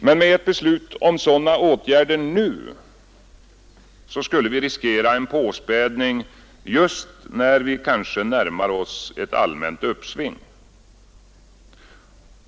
Men med ett beslut om sådana åtgärder nu skulle vi riskera en påspädning just när vi kanske närmar oss ett allmänt uppsving.